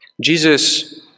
Jesus